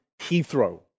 Heathrow